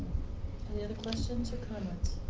and questions or comments?